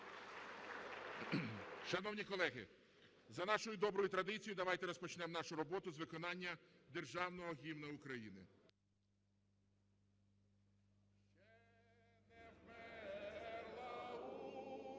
Шановні колеги, за нашою доброю традицією давайте розпочнемо нашу роботу з виконання Державного Гімну України.